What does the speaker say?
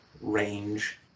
range